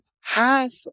half